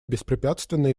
беспрепятственное